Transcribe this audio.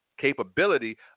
capability